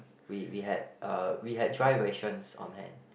we we had uh we had dry rations on hand